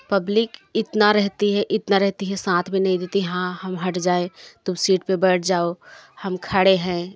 public इतना रहती है इतना रहती है साथ भी नहीं देती हाँ हम हट जाए तो सीट पर बैठ जाओ हम खड़े हैं